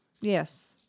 Yes